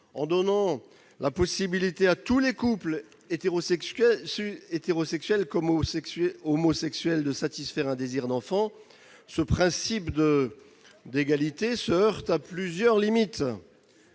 en donnant la possibilité à tous les couples hétérosexuels comme homosexuels de satisfaire un désir d'enfant, ce principe d'égalité se heurte à plusieurs limites.